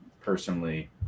personally